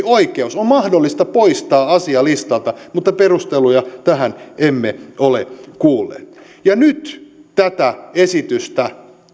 oikeus on mahdollista poistaa asia listalta mutta perusteluja tähän emme ole kuulleet ja nyt tätä esitystä